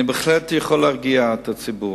אני בהחלט יכול להרגיע את הציבור.